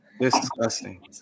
Disgusting